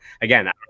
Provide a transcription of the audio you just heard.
Again